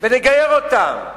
ונגייר אותם.